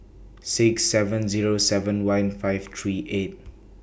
six seven Zero seven one five three five